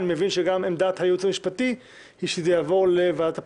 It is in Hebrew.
אני מבין שגם עמדת הייעוץ המשפטי היא שזה יעבור לוועדת הפנים.